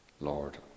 Lord